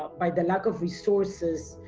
by the lack of resources,